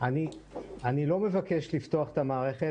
אני לא מבקש לפתוח את המערכת.